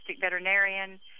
veterinarian